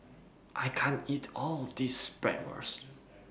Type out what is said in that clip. I can't eat All of This Bratwurst